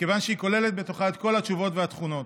מכיוון שהיא כוללת בתוכה את כל התשובות והתכונות.